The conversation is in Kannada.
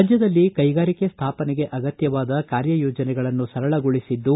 ರಾಜ್ಯದಲ್ಲಿ ಕೈಗಾರಿಕೆ ಸ್ಟಾಪನೆಗೆ ಅಗತ್ತವಾದ ಕಾರ್ಯಯೋಜನೆಗಳನ್ನು ಸರಳಗೊಳಿಸಿದ್ದು